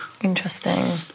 interesting